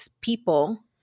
people